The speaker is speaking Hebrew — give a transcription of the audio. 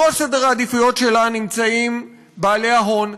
בראש סדר העדיפויות שלה נמצאים בעלי ההון,